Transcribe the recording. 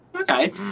okay